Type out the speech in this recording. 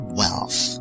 wealth